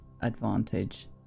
advantage